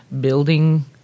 building